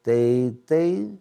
tai tai